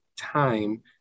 time